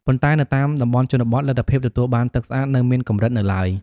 ប៉ុន្តែនៅតាមតំបន់ជនបទ លទ្ធភាពទទួលបានទឹកស្អាតនៅមានកម្រិតនៅឡើយ។